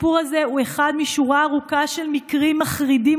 הסיפור הזה הוא אחד משורה ארוכה של מקרים מחרידים